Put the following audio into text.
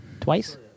Twice